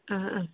ആ ആ